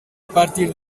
partir